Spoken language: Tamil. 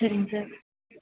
சரிங்க சார்